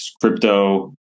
crypto